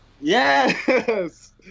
Yes